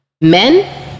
Men